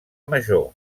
major